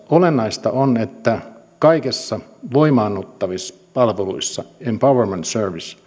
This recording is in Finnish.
olennaista yhteiskunnassa on että kaikissa voimaannuttamispalveluissa empowerment service